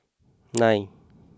nine